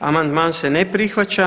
Amandman se ne prihvaća.